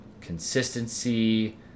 consistency